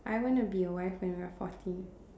I want to be a wife when I am forty